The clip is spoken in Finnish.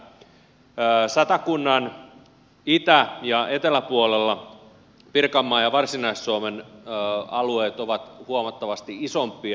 satakunnan itä ja eteläpuolella pirkanmaan ja varsinais suomen alueet ovat huomattavasti isompia